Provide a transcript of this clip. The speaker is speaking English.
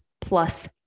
plus